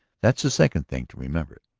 that's the second thing to remember.